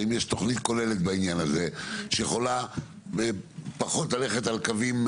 האם יש תוכנית כוללת בעניין הזה שיכולה פחות ללכת על קווים,